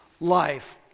life